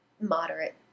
moderate